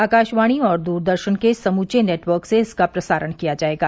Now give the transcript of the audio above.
आकाशवाणी और दूरदर्शन के समूचे नेटवर्क से इसका प्रसारण किया जाएगा